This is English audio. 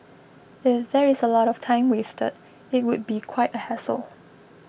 if there is a lot of time wasted it would be quite a hassle